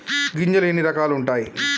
గింజలు ఎన్ని రకాలు ఉంటాయి?